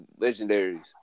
legendaries